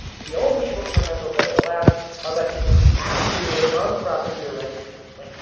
the only short-term rentals that are allowed are by people who actually live on the property they're renting out like,